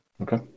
Okay